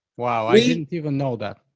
wow, i didn't even know that.